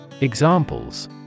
Examples